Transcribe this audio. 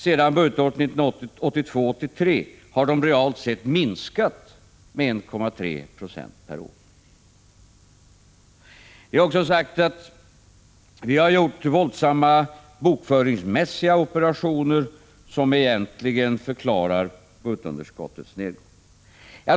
Sedan budgetåret 1982/83 har de realt sett minskat med 1,3 9 per år. Ni har även sagt att vi har gjort våldsamma bokföringsmässiga operationer, som egentligen förklarar budgetunderskottets nedgång.